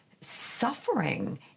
suffering